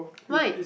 why